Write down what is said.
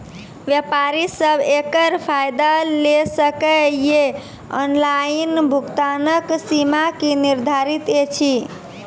व्यापारी सब एकरऽ फायदा ले सकै ये? ऑनलाइन भुगतानक सीमा की निर्धारित ऐछि?